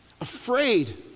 afraid